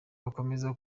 bakomeza